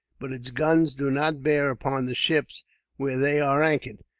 but its guns do not bear upon the ships where they are anchored.